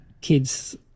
kids